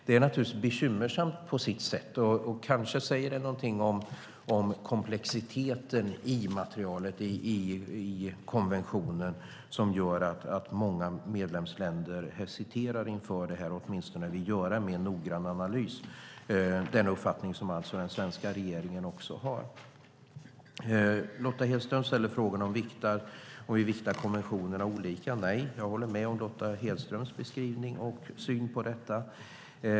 Det är naturligtvis bekymmersamt på sitt sätt, och kanske säger det något om komplexiteten i materialet i konventionen, att många medlemsländer hesiterar och vill göra en mer noggrann analys. Det är den uppfattning som den svenska regeringen också har. Lotta Hedström ställer frågan om vi viktar konventionerna olika. Nej. Jag håller med Lotta Hedströms beskrivning och syn på detta.